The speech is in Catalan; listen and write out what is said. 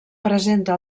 presenta